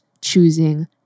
choosing